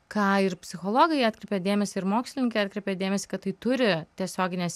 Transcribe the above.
ką ir psichologai atkreipia dėmesį ir mokslininkai atkreipia dėmesį kad tai turi tiesioginės